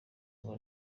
ngo